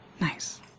Nice